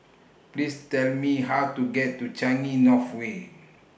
Please Tell Me How to get to Changi North Way